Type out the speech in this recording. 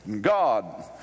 God